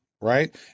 right